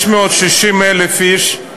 660,000 איש,